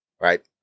Right